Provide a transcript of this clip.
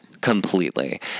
completely